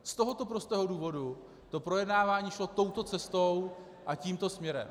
Z tohoto prostého důvodu to projednávání šlo touto cestou a tímto směrem.